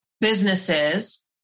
businesses